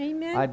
Amen